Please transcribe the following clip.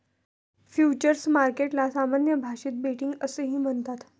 futures मार्केटला सामान्य भाषेत बेटिंग असेही म्हणतात